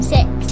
Six